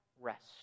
rest